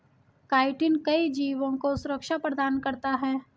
chitin कई जीवों को सुरक्षा प्रदान करता है